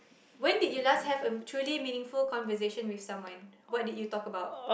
when did you last have a truly meaningful conversation with someone what did you talk about